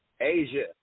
Asia